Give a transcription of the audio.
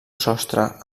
sostre